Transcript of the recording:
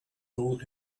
told